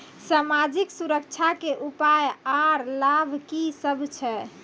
समाजिक सुरक्षा के उपाय आर लाभ की सभ छै?